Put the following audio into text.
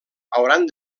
hauran